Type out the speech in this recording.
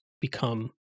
become